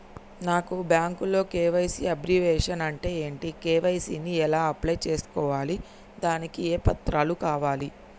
నాకు బ్యాంకులో KYC abbreviation అంటే ఏంటి కే.వై.సీ ని ఎలా అప్లై చేసుకోవాలి దానికి ఏ పత్రాలు కావాలి?